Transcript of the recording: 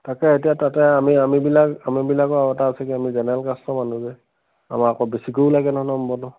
তাকে এতিয়া তাতে আমি আমিবিলাক আমিবিলাকো আৰু এটা আছে কি আমি জেনেৰেল কাষ্টেৰ মানুহ যে আমাৰ আকৌ বেছিকৈও লাগে নহয় নম্বৰ ন